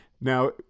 now